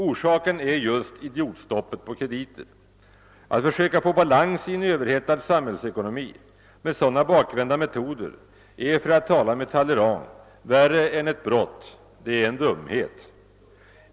Orsaken är just idiotstoppet på krediter. Att försöka få balans i en överhettad samhällsekonomi med sådana bakvända metoder är, för att tala med Talleyrand, värre än ett brott — det är en dumhet.